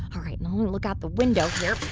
all right. now um look out the window here.